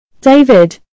David